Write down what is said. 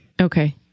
Okay